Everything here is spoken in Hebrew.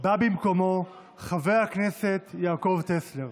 בא במקומו חבר הכנסת יעקב טסלר.